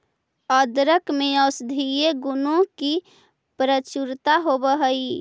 अदरक में औषधीय गुणों की प्रचुरता होवअ हई